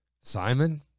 Simon